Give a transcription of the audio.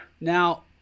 Now